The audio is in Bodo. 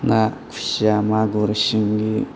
दा खुसिया मागुर सिंगि